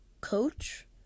coach